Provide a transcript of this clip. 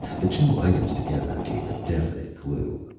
the two items together gave a definite clue.